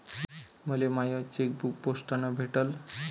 मले माय चेकबुक पोस्टानं भेटल